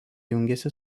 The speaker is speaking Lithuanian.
jungiasi